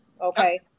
Okay